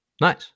Nice